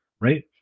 right